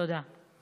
תודה.